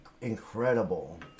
incredible